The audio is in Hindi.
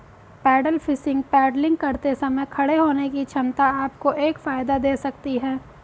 पैडल फिशिंग पैडलिंग करते समय खड़े होने की क्षमता आपको एक फायदा दे सकती है